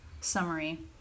summary